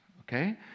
Okay